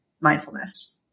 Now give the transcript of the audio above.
mindfulness